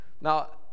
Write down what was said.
Now